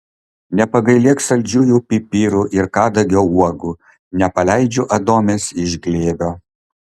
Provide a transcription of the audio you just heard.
nepagailėk saldžiųjų pipirų ir kadagio uogų nepaleidžiu adomės iš glėbio